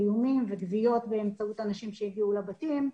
איומים וגביות באמצעות אנשים שהגיעו לבתים,